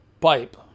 pipe